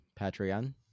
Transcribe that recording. Patreon